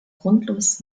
grundlos